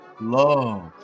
love